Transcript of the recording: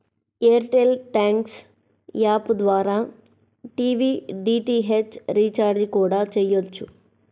air tell thanks app ద్వారా TV DTH recharge కూడా చెయ్యొచ్చు